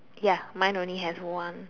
ya mine only has one